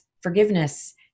forgiveness